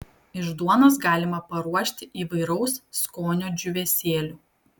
iš duonos galima paruošti įvairaus skonio džiūvėsėlių